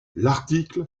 l’article